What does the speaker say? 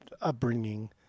upbringing